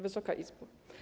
Wysoka Izbo!